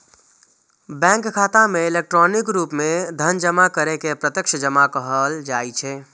bank खाता मे electronic रूप मे धन जमा करै के प्रत्यक्ष जमा कहल जाइ छै